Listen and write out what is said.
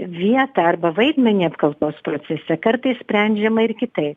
vietą arba vaidmenį apkaltos procese kartais sprendžiama ir kitaip